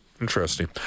Interesting